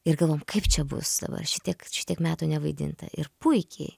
ir galvojom kaip čia bus dabar šitiek šitiek metų nevaidinta ir puikiai